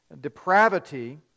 depravity